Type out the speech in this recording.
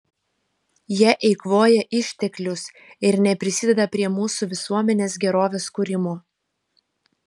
jie eikvoja išteklius ir neprisideda prie mūsų visuomenės gerovės kūrimo